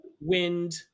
wind